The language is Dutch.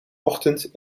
ochtend